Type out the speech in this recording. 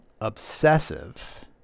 obsessive